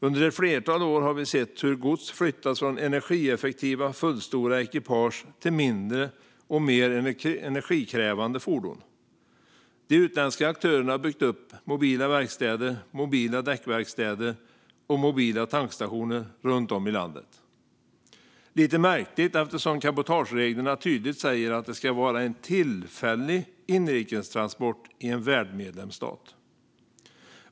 Under ett flertal år har vi sett hur gods flyttats från energieffektiva fullstora ekipage till mindre och mer energikrävande fordon. De utländska aktörerna har byggt upp mobila verkstäder, mobila däckverkstäder och mobila tankstationer runt om i landet. Det är lite märkligt, eftersom cabotagereglerna tydligt säger att det ska vara en tillfällig inrikestransport i en värdmedlemsstat.